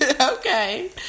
Okay